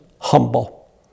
humble